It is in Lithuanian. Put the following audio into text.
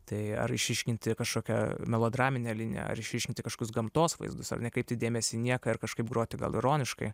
tai ar išryškinti kažkokią melodraminę liniją ar išryškinti kažkokius gamtos vaizdus ar nekreipti dėmesį į nieką ir kažkaip groti gal ironiškai